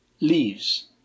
leaves